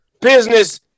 Business